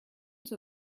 zur